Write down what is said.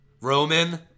Roman